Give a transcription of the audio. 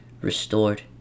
restored